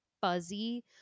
fuzzy